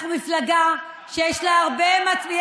אנחנו מפלגה שיש לה הרבה מצביעי,